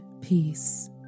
Peace